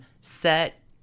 set